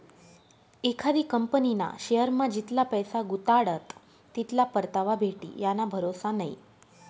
एखादी कंपनीना शेअरमा जितला पैसा गुताडात तितला परतावा भेटी याना भरोसा नै